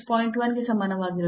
1 ಗೆ ಸಮಾನವಾಗಿರುತ್ತದೆ